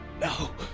no